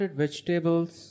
vegetables